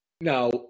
Now